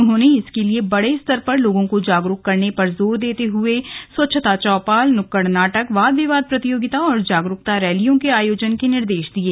उन्होंने इसके लिए बड़े स्तर पर लोगों को जागरूक करने पर जोर देते हुए स्वच्छता चौपाल नुक्कड़ नाटक वाद विवाद प्रतियोगिता और जागरूकता रैलियों के आयोजन के निर्देश दिये